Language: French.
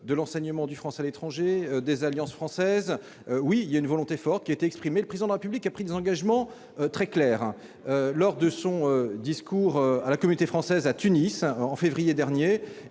de l'enseignement français à l'étranger ou des alliances françaises, nous avons exprimé une volonté forte. Le Président de la République a pris des engagements très clairs lors de son discours à la communauté française de Tunis, en février dernier.